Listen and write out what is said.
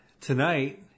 Tonight